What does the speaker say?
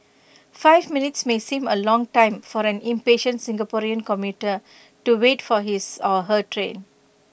five minutes may seem A long time for an impatient Singaporean commuter to wait for his or her train